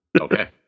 Okay